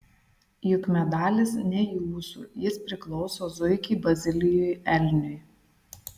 juk medalis ne jūsų jis priklauso zuikiui bazilijui elniui